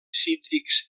cítrics